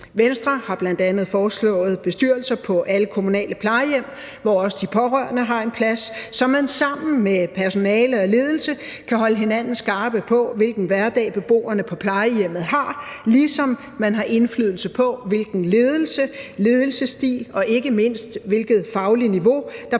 Venstre har bl.a. foreslået bestyrelser på alle kommunale plejehjem, hvor også de pårørende har en plads, så man sammen med personale og ledelse kan holde hinanden skarpe på, hvilken hverdag beboerne på plejehjemmene har, ligesom man har indflydelse på, hvilken ledelse og ledelsesstil og ikke mindst hvilket fagligt niveau der